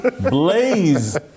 blaze